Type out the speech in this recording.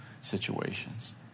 situations